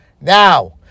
now